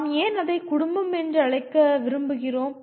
நாம் ஏன் அதை குடும்பம் என்று அழைக்க விரும்புகிறோம்